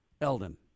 eldon